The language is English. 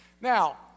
Now